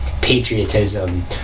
patriotism